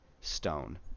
stone